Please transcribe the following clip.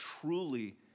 truly